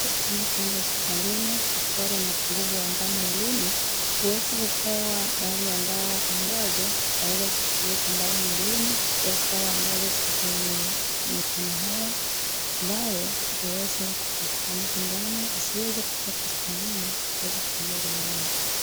Anapoenda hospitalini anakumbana na upungufu wa damu mwilini huweza kupewa baadhi ya dawa ambazo zitaweza zikaongeza damu mwilini. Dawa ambazo zilikuwa zime ziko na iron ambayo itaweza kumpatia mtu damu asiweze kutafuta lini kuweza kuongeza damu.